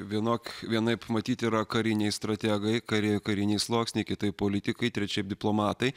vienok vienaip matyt yra kariniai strategai kariai kariniai sluoksniai kitaip politikai trečiaip diplomatai